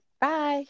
bye